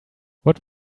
what